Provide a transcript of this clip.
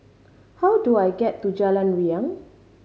how do I get to Jalan Riang